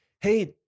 Hey